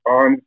on